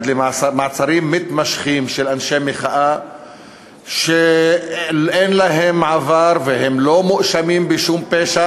למעצרים מתמשכים של אנשי מחאה שאין להם עבר והם לא מואשמים בשום פשע,